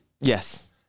Yes